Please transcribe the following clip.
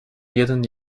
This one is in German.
jeden